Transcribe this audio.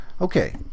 Okay